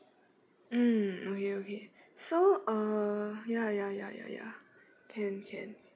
mm okay okay so uh ya ya ya ya ya can can